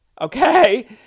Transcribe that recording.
okay